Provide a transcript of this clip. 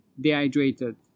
dehydrated